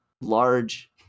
large